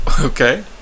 Okay